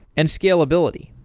and scalability.